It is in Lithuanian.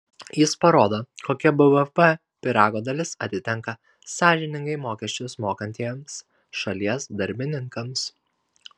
jis parodo kokia bvp pyrago dalis atitenka sąžiningai mokesčius mokantiems šalies darbininkams